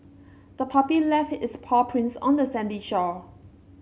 the puppy left its paw prints on the sandy shore